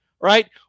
right